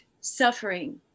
suffering